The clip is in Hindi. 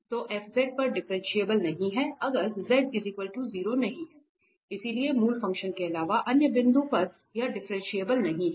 तो f Z पर डिफरेंशिएबल नहीं है अगर 𝑧≠0 नहीं है इसलिए मूल फ़ंक्शन के अलावा अन्य बिंदु पर यह डिफरेंशिएबल नहीं है